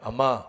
Ama